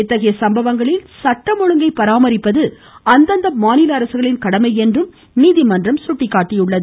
இத்தகைய சம்பவங்களில் சட்டம் ஒழுங்கை பராமரிப்பது அந்தந்த மாநில அரசுகளின் கடமை என்றும் நீதிமன்றம் சுட்டிக்காட்டியுள்ளது